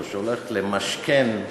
הוא, עובדה, צמצם את הפער המעמדי,